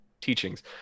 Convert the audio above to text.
teachings